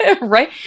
right